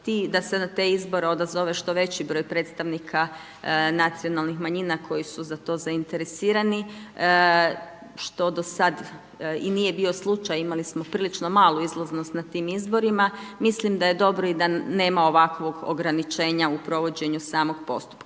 da se na te izbore odazove što veći broj predstavnika nacionalnih manjina koji su za to zainteresirani, što do sad i nije bio slučaj, imali smo prilično malu izlaznost na tim izborima. Mislim da je dobro i da nema ovakvog ograničenja u provođenju samog postupka.